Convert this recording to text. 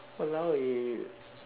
!walao! eh